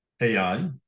AI